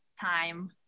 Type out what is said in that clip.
time